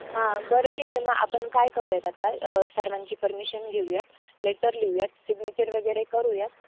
हां बरं ठीक आहे मग आपण काय करूयात आता सर्वांची परमिशन घेऊयात लेटर लिहूयात सिग्नेचर वगैरे करूयात